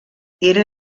era